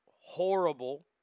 horrible